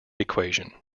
equation